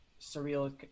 surreal